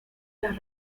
las